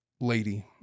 lady